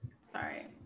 sorry